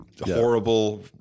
horrible